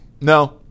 No